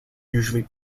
usually